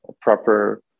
proper